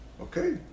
Okay